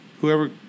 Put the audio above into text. Whoever